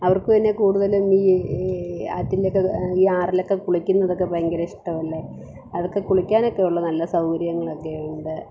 അവർക്ക് തന്നെ കൂടുതലും ഈ ആറ്റിലൊക്കെ ഈ ആറിലൊക്കെ കുളിക്കുന്നതൊക്കെ ഭയങ്കര ഇഷ്ടമല്ലേ അവർക്ക് കുളിക്കാനൊക്കെയുള്ള നല്ല സൗകര്യങ്ങളൊക്കെ ഉണ്ട്